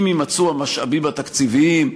אם יימצאו המשאבים התקציביים,